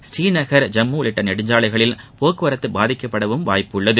ஸ்ரீநகர் ஜம்மு உள்ளிட்ட நெடுஞ்சாலைகளில் போக்குவரத்து பாதிக்கப்படவும் வாய்ப்புள்ளது